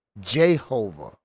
Jehovah